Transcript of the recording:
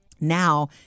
Now